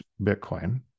Bitcoin